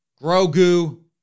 Grogu